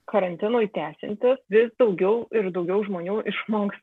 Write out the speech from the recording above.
karantinui tęsiantis vis daugiau ir daugiau žmonių išmoks